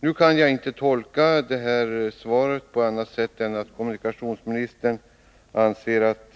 Jag kan inte tolka svaret på annat sätt än att kommunikationsministern anser att